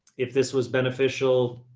if this was beneficial,